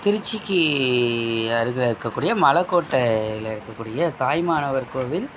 திருச்சிக்கு அருகில் இருக்கக்கூடிய மலைக்கோட்டையில இருக்கக்கூடிய தாயுமானவர் கோவில்